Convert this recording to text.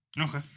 Okay